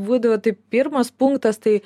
būdavo taip pirmas punktas tai